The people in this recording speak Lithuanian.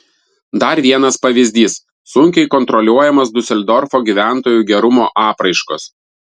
dar vienas pavyzdys sunkiai kontroliuojamos diuseldorfo gyventojų gerumo apraiškos